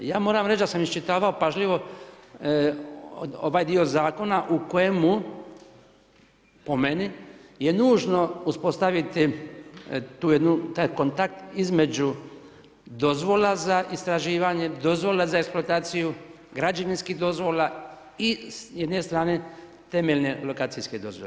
Ja moram reći da sam iščitavao pažljivo ovaj dio zakona u kojemu po meni je nužno uspostaviti tu jednu, taj kontakt između dozvola za istraživanje, dozvola za eksploataciju, građevinskih dozvola i s jedne strane temeljne lokacijske dozvole.